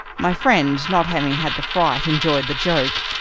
my friend not having had the fright enjoyed the joke,